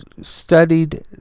studied